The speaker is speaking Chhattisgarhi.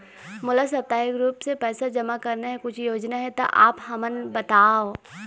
मोला साप्ताहिक रूप से पैसा जमा करना हे, कुछू योजना हे त आप हमन बताव?